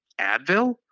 Advil